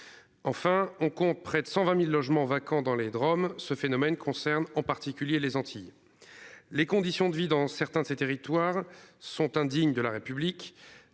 Enfin on compte près de 120.000 logements vacants dans les Drom ce phénomène concerne en particulier les Antilles. Les conditions de vie dans certains de ces territoires sont indignes de la République.